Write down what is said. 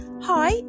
Hi